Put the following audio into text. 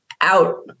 out